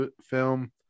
film